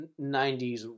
90s